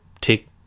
take